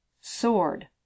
Sword